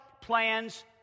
plans